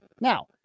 Now